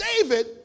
David